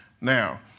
Now